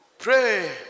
pray